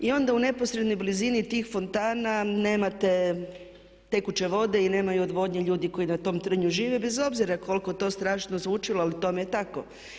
I onda u neposrednoj blizini tih fontana nemate tekuće vode i nemaju odvodnje ljudi koji na tom Trnju žive bez obzira koliko to strašno zvučilo, ali tome je tako.